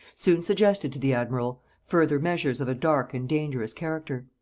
soon suggested to the admiral further measures of a dark and dangerous character.